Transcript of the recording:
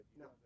No